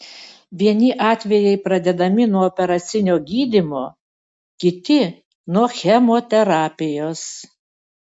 vieni atvejai pradedami nuo operacinio gydymo kiti nuo chemoterapijos